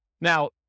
Now